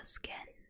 skin